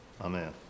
amen